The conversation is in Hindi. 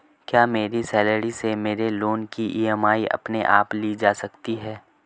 क्या मेरी सैलरी से मेरे लोंन की ई.एम.आई अपने आप ली जा सकती है?